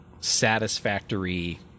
satisfactory